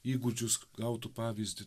įgūdžius gautų pavyzdį